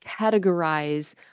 categorize